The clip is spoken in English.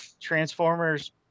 Transformers